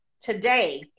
today